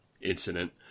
incident